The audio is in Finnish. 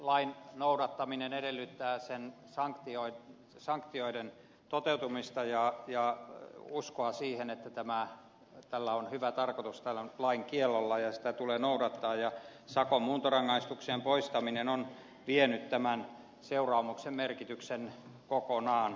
lain noudattaminen edellyttää sen sanktioiden toteutumista ja uskoa siihen että tällä on hyvä tarkoitus tällä lain kiellolla ja sitä tulee noudattaa ja sakon muuntorangaistuksien poistaminen on vienyt tämän seuraamuksen merkityksen kokonaan